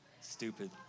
Stupid